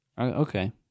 Okay